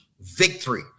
victory